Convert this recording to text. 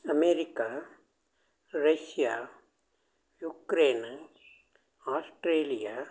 America Russia Ukraine Australia